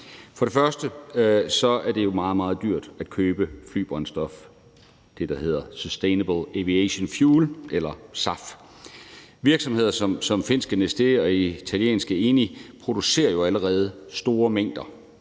For det første er det jo meget, meget dyrt at købe grønt flybrændstof, altså det, der hedder sustainable aviation fuel – eller SAF. Virksomheder som finske Neste og italienske Eni producerer jo allerede store mængder